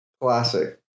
Classic